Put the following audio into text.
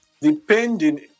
Depending